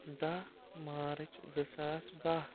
دَہ مارٕچ زٕ ساس بَہہ